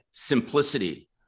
simplicity